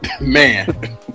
man